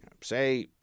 Say